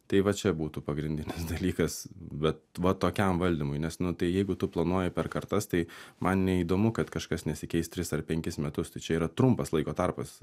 tai va čia būtų pagrindinis dalykas bet va tokiam valdymui nes nu tai jeigu tu planuoji per kartas tai man neįdomu kad kažkas nesikeis tris ar penkis metus tai čia yra trumpas laiko tarpas